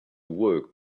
work